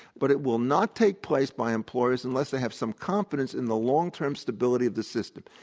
but it will not take place by employers unless they have some confidence in the long term stability of the system.